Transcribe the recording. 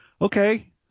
okay